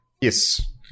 Yes